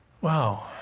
Wow